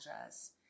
address